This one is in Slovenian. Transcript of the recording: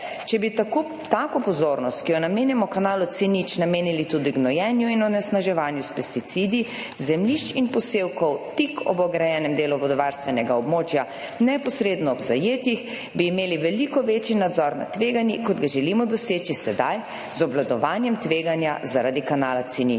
tako tako pozornost, ki jo namenjamo Kanalu C0 namenili tudi gnojenju in onesnaževanju s pesticidi zemljišč in posevkov tik ob ograjenem delu vodovarstvenega območja neposredno ob zajetjih bi imeli veliko večji nadzor nad tveganji, kot ga želimo doseči sedaj z obvladovanjem tveganja zaradi kanala C0.«